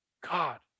God